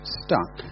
stuck